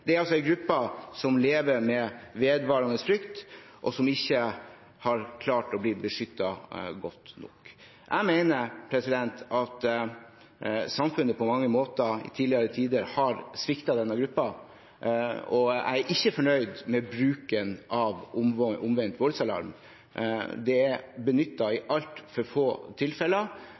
Det er altså en gruppe som lever med vedvarende frykt, og som ikke har blitt beskyttet godt nok. Jeg mener at samfunnet i tidligere tider på mange måter har sviktet denne gruppen. Jeg er ikke fornøyd med bruken av omvendt voldsalarm. Det er benyttet i altfor få tilfeller.